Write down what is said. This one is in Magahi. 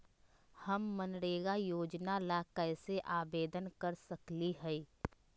हम मनरेगा योजना ला कैसे आवेदन कर सकली हई?